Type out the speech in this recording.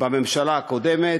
בממשלה הקודמת,